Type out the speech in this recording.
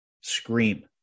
Scream